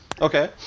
Okay